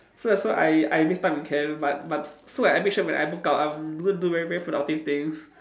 so so I I waste time in camp but but so I make sure when I book out I'm able to do very very productive things